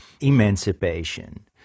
emancipation